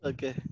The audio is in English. Okay